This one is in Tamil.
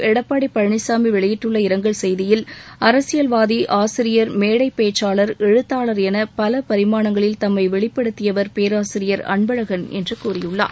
எடப்பாடி பழனிசாமி வெளியிட்டுள்ள இரங்கல் செய்தியில் அரசியல்வாதி ஆசிரியர் மேடை பேச்சாளர் எழுத்தாளர் என பல பரிமாணங்களில் தம்மை வெளிப்படுத்தியவர் பேராசிரியர் அன்பழகன் என்று கூறியுள்ளார்